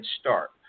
start